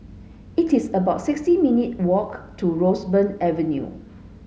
it is about sixty minute walk to Roseburn Avenue